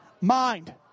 mind